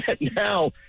now